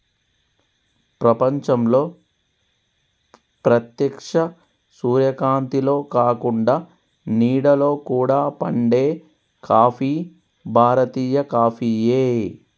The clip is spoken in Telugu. ప్రపంచంలో ప్రేత్యక్ష సూర్యకాంతిలో కాకుండ నీడలో కూడా పండే కాఫీ భారతీయ కాఫీయే